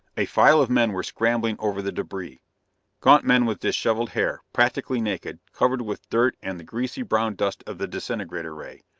a file of men were scrambling over the debris gaunt men with dishevelled hair, practically naked, covered with dirt and the greasy brown dust of the disintegrator ray.